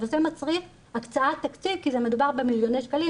אבל זה מצריך הקצאת תקציב כי מדובר במליוני שקלים,